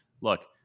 Look